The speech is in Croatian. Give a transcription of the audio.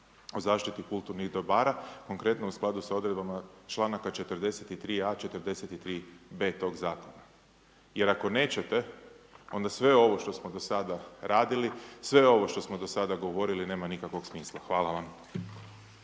o zaštiti kulturnih dobara, konkretno u skladu sa odredbama članaka 43.a, 43.b tog Zakona. Jer ako nećete, onda sve ovo što smo do sada radili, sve ovo što smo do sada govorili nema nikakvog smisla. Hvala vam.